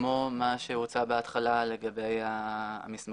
כמו מה שהיא רוצה בהתחלה לגבי המסמכים,